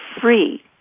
free